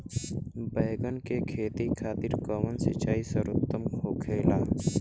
बैगन के खेती खातिर कवन सिचाई सर्वोतम होखेला?